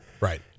Right